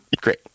great